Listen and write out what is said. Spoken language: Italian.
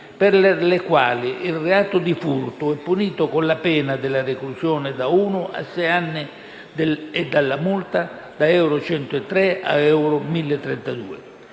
per le quali il reato di furto è punito con la pena della reclusione da uno a sei anni e con la multa da 103 euro a 1.032